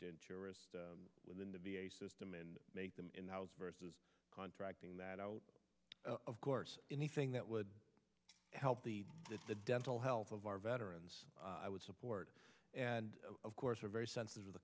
dangerous within the v a system and make them versus contracting that out of course anything that would help the the dental health of our veterans i would support and of course we're very sensitive